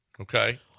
Okay